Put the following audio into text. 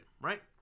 right